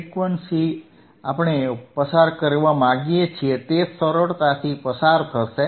frequencies જે આપણે પસાર કરવા માંગીએ છીએ તે સરળતાથી પસાર થશે